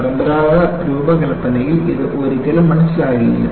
പരമ്പരാഗത രൂപകൽപ്പനയിൽ ഇത് ഒരിക്കലും മനസ്സിലാകില്ല